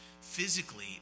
physically